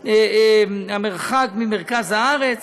המרחק ממרכז הארץ,